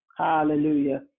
Hallelujah